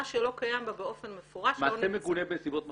מה שלא קיים בו באופן מפורש -- מעשה מגונה בנסיבות מחמירות?